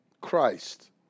Christ